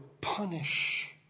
punish